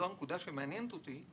שזו הנקודה שמעניינת אותי,